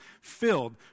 filled